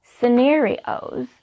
scenarios